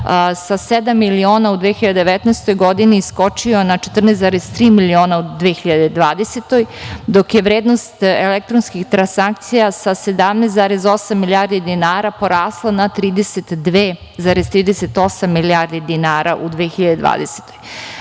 sedam miliona u 2019. godini skočio na 14,3 miliona u 2020. godini, dok je vrednost elektronskih transakcija sa 17,8 milijardi dinara porasla na 32,38 milijardi dinara u 2020. godini,